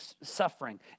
suffering